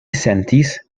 sentis